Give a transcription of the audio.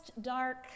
dark